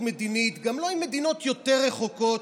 להתקדמות מדינית, גם לא עם מדינות יותר רחוקות,